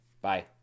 Bye